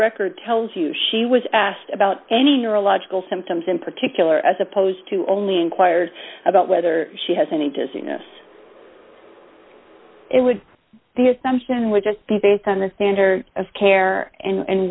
record tells you she was asked about any neurological symptoms in particular as opposed to only inquired about whether she has any dizziness it would the assumption would just be based on the standard of care and